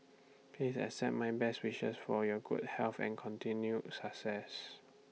please accept my best wishes for your good health and continued success